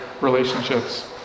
relationships